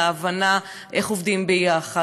להבנה איך עובדים ביחד.